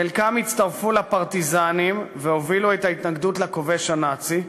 חלקם הצטרפו לפרטיזנים והובילו את ההתנגדות לכובש הנאצי,